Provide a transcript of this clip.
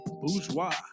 Bourgeois